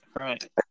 right